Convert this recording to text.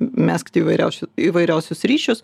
megzti įvairiausiu įvairiausius ryšius